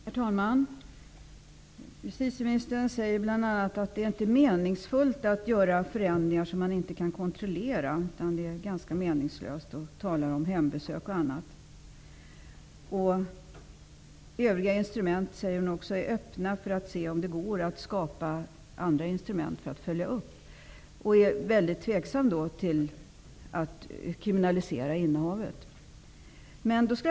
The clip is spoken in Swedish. Herr talman! Justitieministern säger bl.a. att det inte är meningsfullt att införa förändringar som inte går att kontrollera. Hon talar om hembesök, osv. Hon säger att hon är öppen för att se om det finns andra instrument att använda i uppföljningen. Hon är tveksam till att kriminalisera innehav.